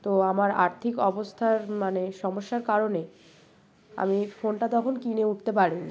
তো আমার আর্থিক অবস্থার মানে সমস্যার কারণে আমি ফোনটা তখন কিনে উঠতে পারিনি